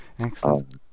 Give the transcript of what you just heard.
Excellent